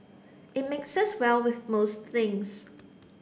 it mixes well with most things